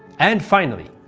and finally,